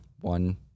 one